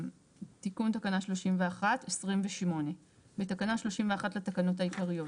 תיקון תקנה 31. 28. בתקנה 31 לתקנות העיקריות.